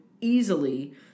easily